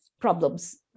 problems